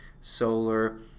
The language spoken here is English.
solar